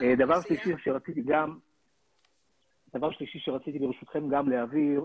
דבר שלישי שרציתי להבהיר,